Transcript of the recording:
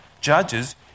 Judges